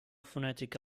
phonetic